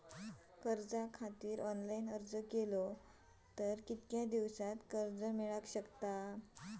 कर्जा खातीत ऑनलाईन अर्ज केलो तर कितक्या दिवसात कर्ज मेलतला?